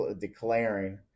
declaring